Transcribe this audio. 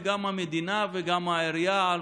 גם המדינה וגם העירייה,